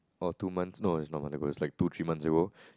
or two months no it's not a month ago like two three months ago